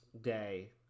day